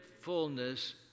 fullness